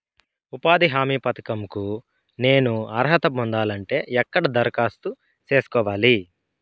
ఉపాధి హామీ పథకం కు నేను అర్హత పొందాలంటే ఎక్కడ దరఖాస్తు సేసుకోవాలి?